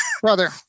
Brother